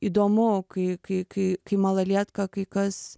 įdomu kai kai kai kai malalietką kai kas